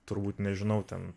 turbūt nežinau ten